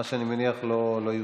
מה שאני מניח, לא יאושר.